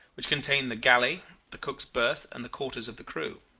which contained the galley, the cook's berth, and the quarters of the crew.